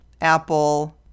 Apple